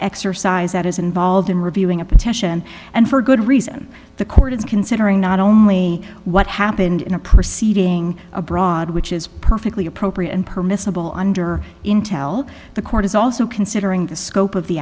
exercise that is involved in reviewing a petition and for good reason the court is considering not only what happened in a proceeding abroad which is perfectly appropriate and permissible under intel the court is also considering the scope of the